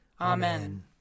Amen